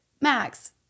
max